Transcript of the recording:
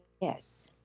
yes